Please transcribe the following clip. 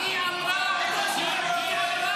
היא אמרה ------ איך נקרא לך, מאמא תרזה?